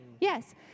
Yes